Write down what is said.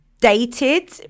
dated